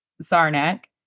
Sarnak